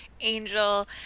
angel